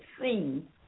seen